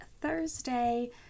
Thursday